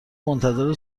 منتظر